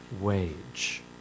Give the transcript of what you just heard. wage